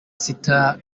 sita